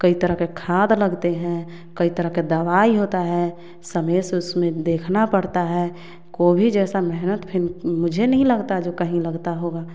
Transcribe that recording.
कई तरह के खाद लगते हैं कई तरह के दवाई होता हैं समय से उसमें देखना पड़ता हैं कोभी जैसा मेहनत फिर मुझे नहीं लगता जो कहीं लगता होगा